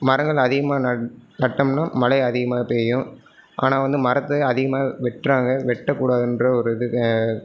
மரங்கள் அதிகமாக நட் நட்டோம்னா மழை அதிகமாக பெய்யும் ஆனால் வந்து மரத்தை அதிகமாக வெட்டுறாங்க வெட்ட கூடாதுன்ற ஒரு இது